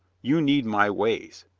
you need my ways.